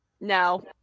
No